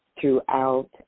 throughout